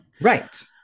right